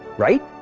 right?